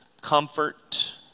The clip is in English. Comfort